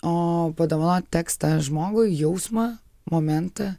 o padovanot tekstą žmogui jausmą momentą